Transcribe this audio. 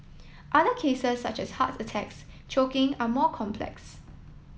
other cases such as heart attacks choking are more complex